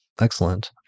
Excellent